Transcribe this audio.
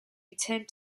returned